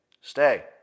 Stay